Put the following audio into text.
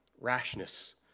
rashness